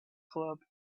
club